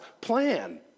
plan